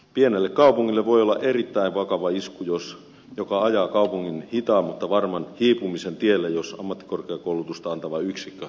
pienelle kaupungille voi olla erittäin vakava isku joka ajaa kaupungin hitaan mutta varman hiipumisen tielle jos ammattikorkeakoulutusta antava yksikkö lopetetaan